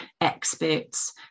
experts